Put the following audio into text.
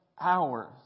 hours